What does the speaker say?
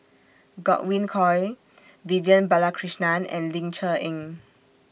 Godwin Koay Vivian Balakrishnan and Ling Cher Eng